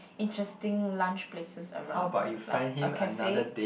interesting lunch places around like a cafe